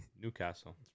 Newcastle